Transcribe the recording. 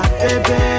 baby